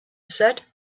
said